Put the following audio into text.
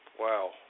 Wow